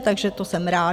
Takže to jsem ráda.